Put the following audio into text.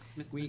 mr. yeah